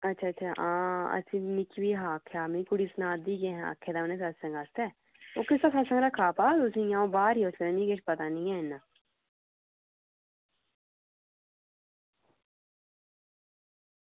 अच्छा अच्छा मिगी बी ऐहा आक्खे दा मिगी कुड़ी सनाऽ दी ही की आक्खे दा उनें सत्संग आस्तै एह् कुत्थें जेह रक्खा तुसें ई पता में उसलै बाहर ही मिगी पता निं ऐ इन्ना